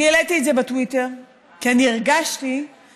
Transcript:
אני העליתי את זה בטוויטר, כי אני הרגשתי נכלמת